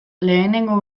lehenengo